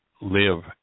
live